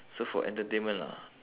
so for entertainment lah